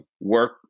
Work